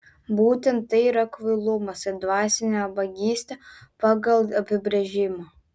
būtent tai yra kvailumas ir dvasinė ubagystė pagal apibrėžimą